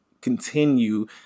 Continue